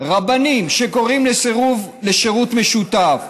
רבנים שקוראים לסירוב לשירות משותף,